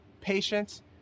patience